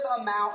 amount